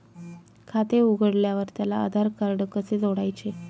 खाते उघडल्यावर त्याला आधारकार्ड कसे जोडायचे?